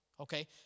okay